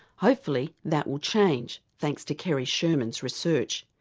hopefully that will change thanks to kerry sherman's research.